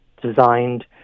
designed